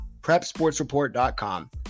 PrepsportsReport.com